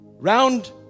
round